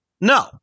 No